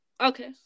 Okay